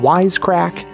Wisecrack